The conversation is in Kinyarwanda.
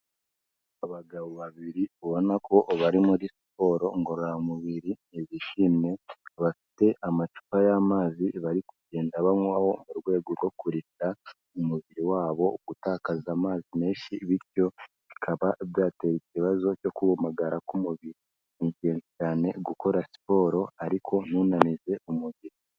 Abagabo babiri ubona ko bari muri siporo ngororamubiri, bibishimye, bafite amacupa y'amazi bari kugenda banywaho mu rwego rwo kurinda umubiri wabo gutakaza amazi menshi bityo bikaba byatera ikibazo cyo kumagara k'umubiri, ni ingenzi cyane gukora siporo ariko ntunanize umubiri.